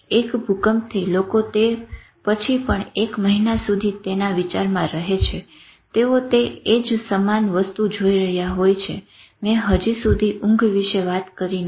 એક ભૂકંપથી લોકો તે પછી પણ એક મહિના સુધી તેના વિચારોમાં રહે છે તેઓ તે એ જ સમાન વસ્તુ જોઈ રહ્યા હોય છે મેં હજી સુધી ઊંઘ વિષે વાત કરી નથી